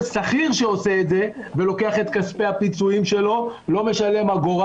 שכיר שעושה את זה ולוקח את כספי הפיצויים שלו לא משלם אגורה